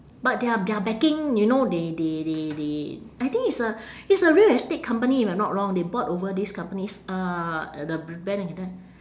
but their their backing you know they they they they I think it's a it's a real estate company if I'm not wrong they bought over this company's uh the brand like that